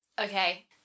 Okay